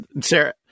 Sarah